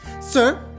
Sir